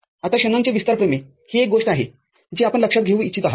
आता शेनॉनचे विस्तार प्रमेय ही एक गोष्ट आहे जी आपण लक्षात घेऊ इच्छित आहात